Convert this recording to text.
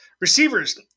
Receivers